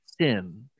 sin